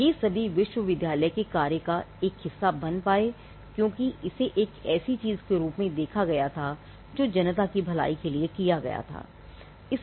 ये सभी विश्वविद्यालय के कार्य का एक हिस्सा बन गए क्योंकि इसे एक ऐसी चीज़ के रूप में देखा गया था जो जनता की भलाई के लिए की गई थी